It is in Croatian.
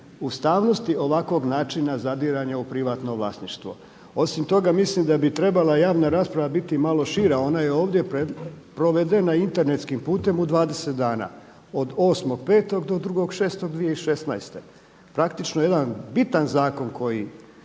ustavnosti ovakvog načina zadiranja u privatno vlasništvo. Osim toga mislim da bi trebala javna rasprava biti malo šira. Ona je ovdje provedena internetskim putem u 20 dana od 8.5. do 2.6.2016., praktično jedan bitan zakon koji